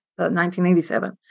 1987